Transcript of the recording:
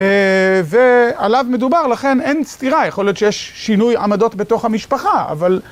ועליו מדובר לכן אין סתירה, יכול להיות שיש שינוי עמדות בתוך המשפחה, אבל...